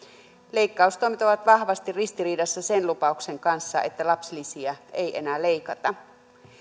leikkaustoimet ovat vahvasti ristiriidassa sen lupauksen kanssa että lapsilisiä ei enää leikata